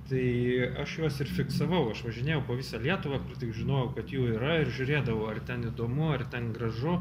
tai aš juos ir fiksavau aš važinėjau po visą lietuvą tik žinojau kad jų yra ir žiūrėdavau ar ten įdomu ar ten gražu